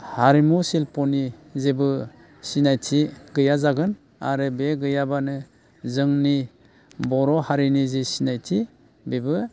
हारिमु शिल्पनि जेबो सिनायथि गैया जागोन आरो बे गैयाब्लानो जोंनि बर' हारिनि जि सिनायथि बेबो